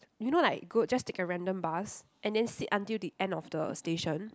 you know like go just take a random bus and then sit until the end of the station